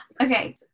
Okay